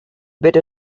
better